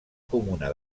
comuna